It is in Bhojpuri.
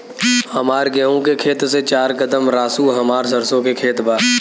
हमार गेहू के खेत से चार कदम रासु हमार सरसों के खेत बा